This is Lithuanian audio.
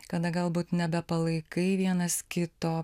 kada galbūt nebepalaikai vienas kito